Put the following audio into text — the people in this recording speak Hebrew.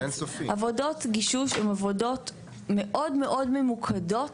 עבודות גישוש הן עבודות מאוד מאוד ממוקדות